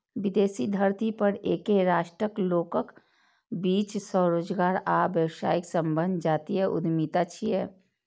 विदेशी धरती पर एके राष्ट्रक लोकक बीच स्वरोजगार आ व्यावसायिक संबंध जातीय उद्यमिता छियै